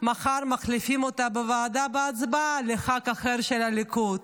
מחר מחליפים אותה בוועדה בהצבעה בח"כ אחר של הליכוד,